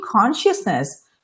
consciousness